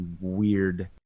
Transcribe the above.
weird